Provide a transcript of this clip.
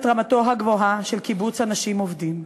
רמתו הגבוהה של קיבוץ אנשים עובדים".